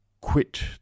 quit